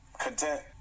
content